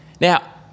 Now